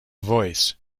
voice